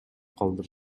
калдым